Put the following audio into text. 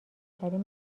ترین